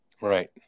Right